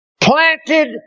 planted